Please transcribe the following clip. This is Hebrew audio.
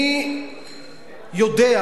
אני יודע,